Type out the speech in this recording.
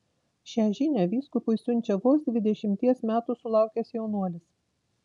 šią žinią vyskupui siunčia vos dvidešimties metų sulaukęs jaunuolis